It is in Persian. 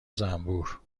زنبور